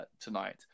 tonight